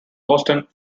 boston